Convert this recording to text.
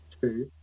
two